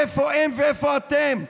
איפה הם ואיפה אתם?